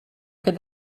could